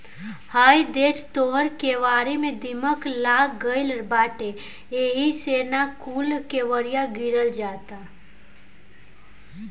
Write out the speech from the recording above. हइ देख तोर केवारी में दीमक लाग गइल बाटे एही से न कूल केवड़िया गिरल जाता